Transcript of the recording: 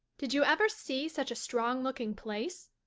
did you ever see such a strong-looking place?